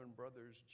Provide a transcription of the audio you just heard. brothers